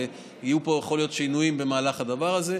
ויכול להיות שיהיו פה שינויים במהלך הדבר הזה.